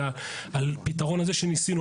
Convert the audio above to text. אלא על פתרונות שניסינו.